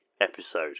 episode